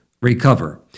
recover